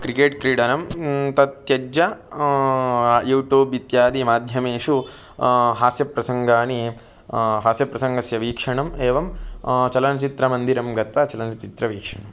cricket क्रीडनं तत् त्यज्य यूटूब् इत्यादिमाध्यमेषु हास्यप्रसङ्गानि हास्यप्रसङ्गस्य वीक्षणम् एवं चलनचित्रमन्दिरं गत्वा चलनचित्रवीक्षणम्